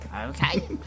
Okay